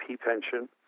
pension